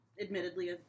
admittedly